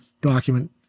document